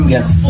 Yes